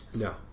No